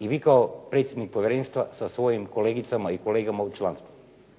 i vi kao predsjednik povjerenstva sa svojim kolegicama i kolegama u članstvu